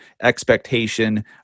expectation